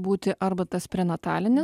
gali būti arba tas prenatalinis